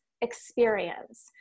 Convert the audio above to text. experience